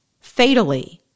Fatally